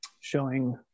showing